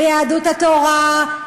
ביהדות התורה,